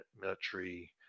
military